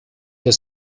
der